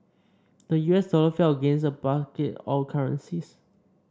the U S dollar fell against a basket of currencies